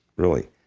really.